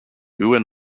ewan